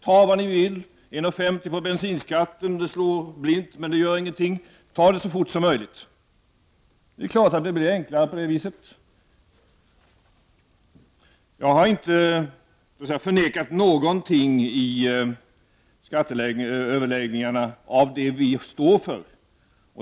Ta vad ni vill — 1.50 på bensinskatten. Det slår blint, men det gör ingenting. Ta det så fort som möjligt. Det är klart att det blir enklare på det viset. Jag har inte förnekat någonting i skatteöverläggningarna av det vi står för.